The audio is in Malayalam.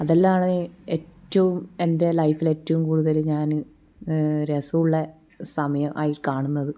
അതെല്ലാമാണ് ഏറ്റവും എൻ്റെ ലൈഫിൽ ഏറ്റവും കൂടുതൽ ഞാൻ രസമുള്ള സമയം ആയി കാണുന്നത്